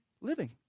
living